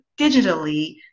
digitally